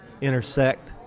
intersect